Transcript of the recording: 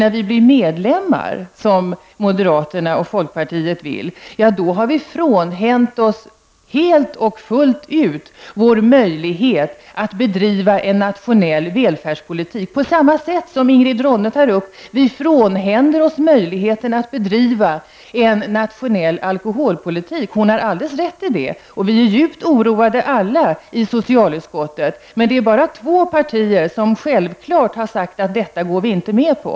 När vi blir medlemmar, som moderaterna och folkpartiet vill, har vi fullt ut frånhänt oss vår möjlighet att bedriva en nationell välfärdspolitik. Vi frånhänder oss på samma sätt -- vilket Ingrid Ronne-Björkqvist tog upp -- möjligheten att bedriva en nationell alkoholpolitik. Hon har alldeles rätt i detta. I socialutskottet är vi alla djupt oroade. Men det är bara två partier som sagt: Detta går vi inte med på.